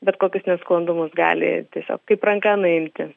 bet kokius nesklandumus gali tiesiog kaip ranka nuimti